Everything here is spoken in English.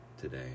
today